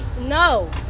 no